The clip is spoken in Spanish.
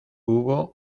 hubo